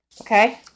Okay